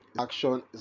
Action